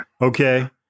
Okay